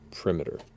perimeter